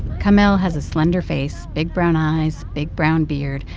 kamel has a slender face, big brown eyes, big brown beard.